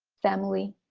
family,